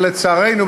לצערנו,